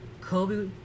Kobe